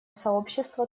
сообщества